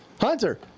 Hunter